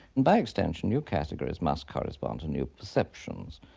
and by extension new categories must correspond to new perceptions.